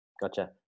Gotcha